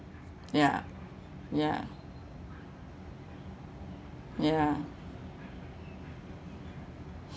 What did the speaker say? ya ya ya